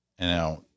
Now